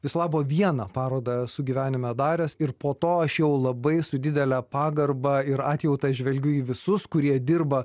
viso labo vieną parodą esu gyvenime daręs ir po to aš jau labai su didele pagarba ir atjauta žvelgiu į visus kurie dirba